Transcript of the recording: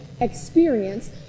experience